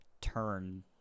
turn